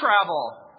travel